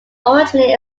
originally